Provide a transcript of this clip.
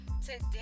today